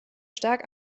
stark